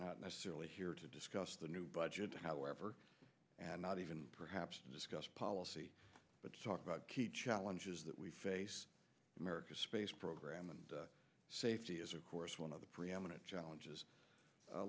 not necessarily here to discuss the new budget however not even perhaps to discuss policy but to talk about key challenges that we face america's space program and safety is of course one of the preeminent challenges